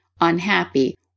unhappy